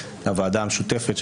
הוועדה המשותפת,